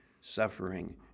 suffering